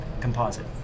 composite